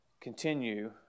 Continue